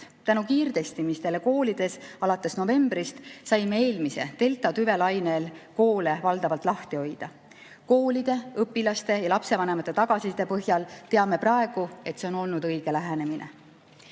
Tänu kiirtestimisele koolides alates novembrist saime eelmise, deltatüve laine ajal koole valdavalt lahti hoida. Koolide, õpilaste ja lapsevanemate tagasiside põhjal teame praegu, et see on olnud õige lähenemine.